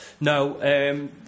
No